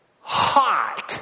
Hot